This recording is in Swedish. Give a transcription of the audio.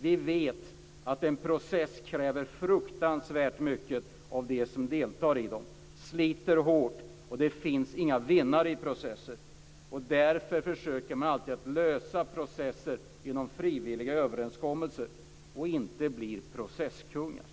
Vi vet att en process kräver fruktansvärt mycket av dem som deltar i den. Processer sliter hårt, och det finns inga vinnare. Därför försöker man att alltid lösa processer genom frivilliga överenskommelser, och inte bli processkungar.